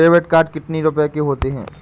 Debit card कितनी प्रकार के होते हैं?